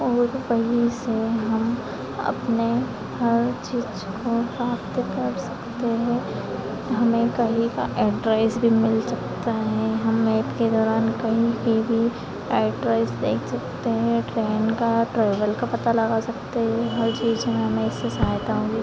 और वही से हम अपने हर चिज को प्राप्त कर सकते है हमें कहीं का एड्रेस भी मिल सकता है हमें मेप के दौरान कहीं की भी एड्रेस देख सकते हैं ट्रेन का ट्रेवल का पता लगा सकते हैं हर चीज़ में हमें इससे सहायता मिली है